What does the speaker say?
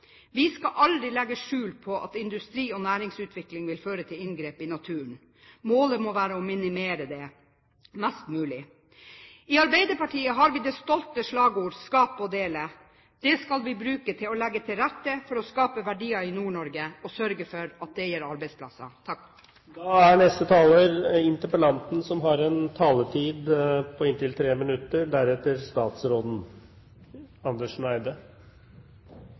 Vi skal aldri legge skjul på at industri- og næringsutvikling vil føre til inngrep i naturen. Målet må være å minimere det mest mulig. I Arbeiderpartiet har vi det stolte slagordet «skape og dele». Vi skal legge til rette for å skape verdier i Nord-Norge og sørge for at det gir arbeidsplasser.